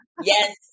yes